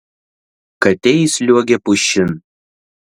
katė įsliuogė pušin